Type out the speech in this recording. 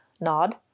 nod